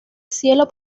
cielo